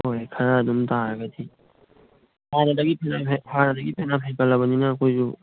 ꯍꯣꯏ ꯈꯔ ꯑꯗꯨꯝ ꯇꯥꯔꯒꯗꯤ ꯍꯥꯟꯅꯗꯒꯤ ꯐꯅꯌꯥꯝ ꯍꯦꯟꯒꯠꯂꯕꯅꯤꯅ ꯑꯩꯈꯣꯏꯁꯨ